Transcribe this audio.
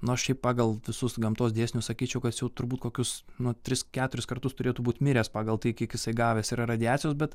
nu aš šiaip pagal visus gamtos dėsnius sakyčiau kad jis jau turbūt kokius nu tris keturis kartus turėtų būt miręs pagal tai kiek jisai gavęs yra radiacijos bet